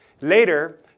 Later